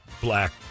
Black